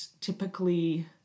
typically